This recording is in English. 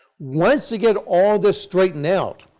once they get all this straightened out,